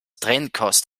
trennkost